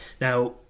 Now